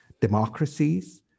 democracies